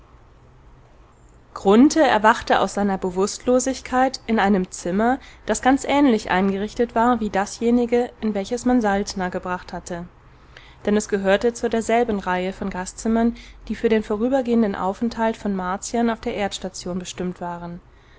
erwachte aus seiner bewußtlosigkeit in einem zimmer das ganz ähnlich eingerichtet war wie dasjenige in welches man saltner gebracht hatte denn es gehörte zu derselben reihe von gastzimmern die für den vorübergehenden aufenthalt von martiern auf der erdstation bestimmt waren